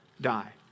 die